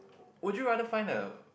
would you rather find a